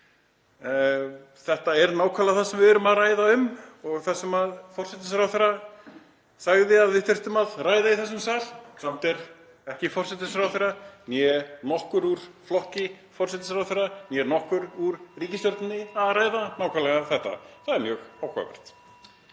Þetta er nákvæmlega það sem við erum að ræða um og það sem forsætisráðherra sagði að við þyrftum að ræða í þessum sal. Samt er ekki forsætisráðherra eða nokkur úr flokki forsætisráðherra eða nokkur úr ríkisstjórninni að ræða nákvæmlega þetta. Það er mjög áhugavert.